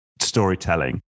storytelling